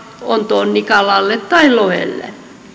tonnikalalle tai lohelle